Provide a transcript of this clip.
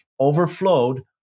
overflowed